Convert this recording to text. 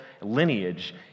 lineage